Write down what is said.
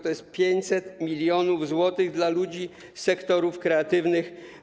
To jest 500 mln zł dla ludzi z sektorów kreatywnych.